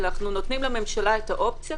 אלה אנחנו נותנים לממשלה את האופציה,